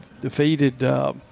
defeated –